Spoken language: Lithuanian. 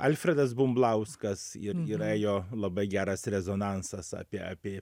alfredas bumblauskas ir yra jo labai geras rezonansas apie apie